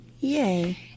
Yay